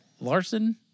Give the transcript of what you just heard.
Larson